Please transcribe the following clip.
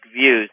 views